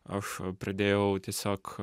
aš pradėjau tiesiog